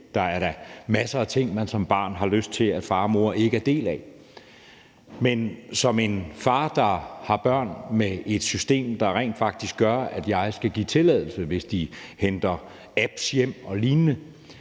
Der er da masser af ting, man som barn har lyst til, at far og mor ikke er en del af. Men som en far, der har børn, og med et system, der rent faktisk gør, at jeg skal give tilladelse, hvis de henter apps hjem og lignende,